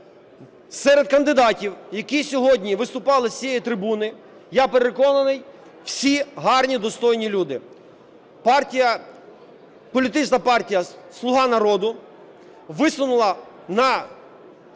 Серед кандидатів, які сьогодні виступали з цієї трибуни, я переконаний, всі гарні і достойні люди. Політична партія "Слуга народу" висунула на посаду